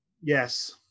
Yes